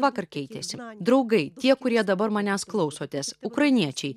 vakar keitėsi draugai tie kurie dabar manęs klausotės ukrainiečiai